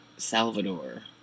Salvador